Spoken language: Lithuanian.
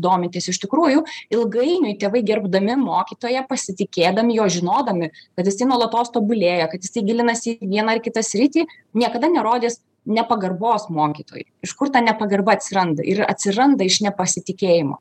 domitės iš tikrųjų ilgainiui tėvai gerbdami mokytoją pasitikėdami juo žinodami kad jisai nuolatos tobulėja kad įsigilinus į vieną ar kitą sritį niekada nerodys nepagarbos mokytojui iš kur ta nepagarba atsiranda ir atsiranda iš nepasitikėjimo